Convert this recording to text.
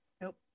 Nope